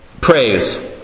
praise